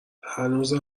هنوزم